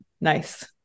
Nice